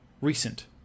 recent